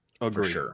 Agree